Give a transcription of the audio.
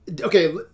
okay